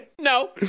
no